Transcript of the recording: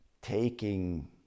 taking